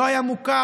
לא היה מוכר,